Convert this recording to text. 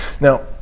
Now